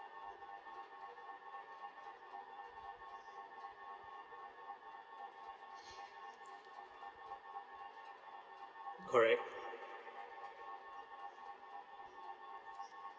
correct